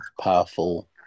powerful